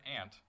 ant